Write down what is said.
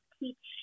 teach